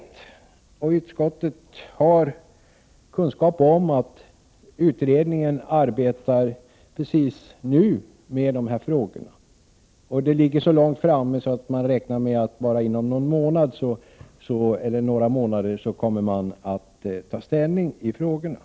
Utskottet har kunskap om att utredningen precis nu arbetar med de här frågorna. Arbetet har kommit så långt att utredningen räknar med att inom bara några månader ta ställning till frågorna.